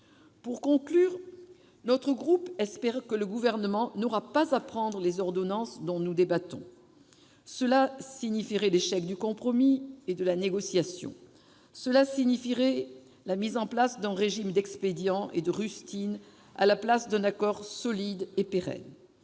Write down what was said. - République et Territoire espèrent que le Gouvernement n'aura pas à prendre les ordonnances dont nous débattons. Elles signifieraient l'échec du compromis et de la négociation. Elles signifieraient la mise en oeuvre d'un régime d'expédients et de rustines, en lieu et place d'un accord solide et pérenne.